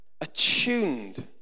attuned